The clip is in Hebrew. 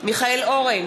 מיכאל אורן,